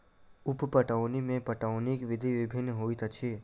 उप पटौनी मे पटौनीक विधि भिन्न होइत अछि